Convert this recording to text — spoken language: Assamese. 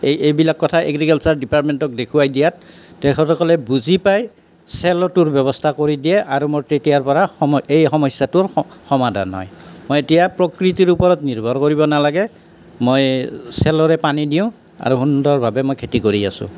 এই এইবিলাক কথা এগ্ৰিকালচাৰ ডিপাৰ্টমেণ্টক দেখুৱাই দিয়াত তেখেতসকলে বুজি পায় চেল'টোৰ ব্যৱস্থা কৰি দিয়ে আৰু মোৰ তেতিয়াৰ পৰা সম এই সমস্যাটোৰ সমাধান হয় মই এতিয়া প্ৰকৃতিৰ ওপৰত নিৰ্ভৰ কৰিব নালাগে মই চেল'ৰে পানী দিওঁ আৰু সুন্দৰভাৱে মই খেতি কৰি আছোঁ